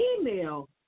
email